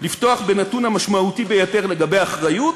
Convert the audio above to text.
לפתוח בנתון המשמעותי ביותר לגבי אחריות: